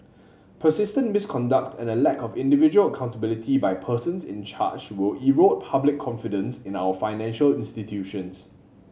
persistent misconduct and a lack of individual accountability by persons in charge will erode public confidence in our financial institutions